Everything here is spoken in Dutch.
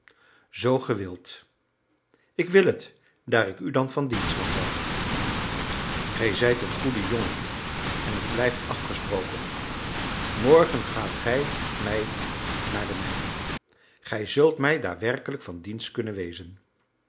ge wildet ik wil het daar ik u dan van dienst kan zijn gij zijt een goede jongen en het blijft afgesproken morgen gaat gij met mij naar de mijn gij zult mij daar werkelijk van dienst kunnen wezen